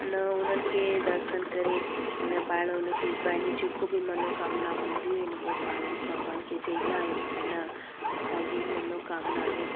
अन उन्हनि खे दर्शन करे अन पाण हुनखे पंहिंजी जेको बि मनोकामना हूंदी आहिनि उहो पाणनि भॻवान खे चईंदा आहियूं की न असांजी ई मनोकामना आहे